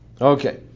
Okay